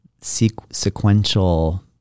sequential